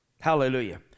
hallelujah